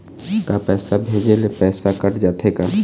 का पैसा भेजे ले पैसा कट जाथे का?